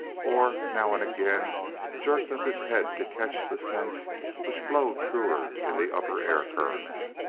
or now and again jerked up his head to catch the scents which blow truer in the upper air-currents.